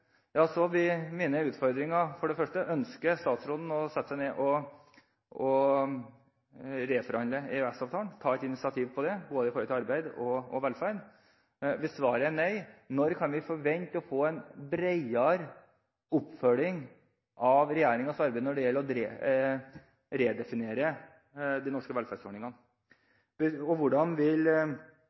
mine ufordringer: Ønsker statsråden å sette seg ned og reforhandle EØS-avtalen, ta et initiativ til det, i forhold til både arbeid og velferd? Hvis svaret er nei, når kan vi forvente å få en bredere oppfølging av regjeringens arbeid når det gjelder å redefinere de norske velferdsordningene? Når får vi oss forelagt en stortingsmelding? Hva tenker regjeringen i forhold til det? Vil